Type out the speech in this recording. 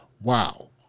wow